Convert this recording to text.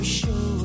show